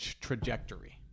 trajectory